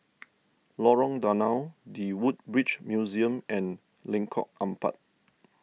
Lorong Danau the Woodbridge Museum and Lengkok Empat